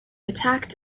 attacked